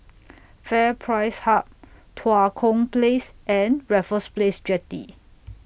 FairPrice Hub Tua Kong Place and Raffles Place Jetty